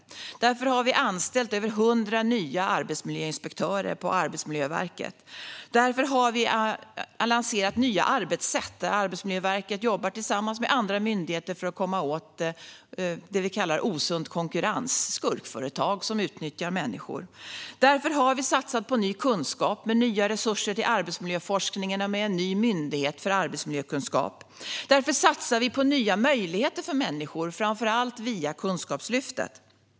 Därför har vi anställt över 100 nya arbetsmiljöinspektörer på Arbetsmiljöverket. Därför har vi lanserat nya arbetssätt, där Arbetsmiljöverket jobbar tillsammans med andra myndigheter för att komma åt det vi kallar osund konkurrens och skurkföretag som utnyttjar människor. Därför har vi satsat på ny kunskap med nya resurser till arbetsmiljöforskningen och med en ny myndighet för arbetsmiljökunskap. Därför satsar vi på nya möjligheter för människor, framför allt via Kunskapslyftet.